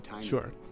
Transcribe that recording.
Sure